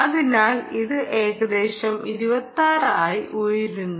അതിനാൽ ഇത് ഏകദേശം 26 ആയി ഉയർന്നു